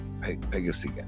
Pegasus